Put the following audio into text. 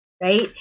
right